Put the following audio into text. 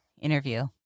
interview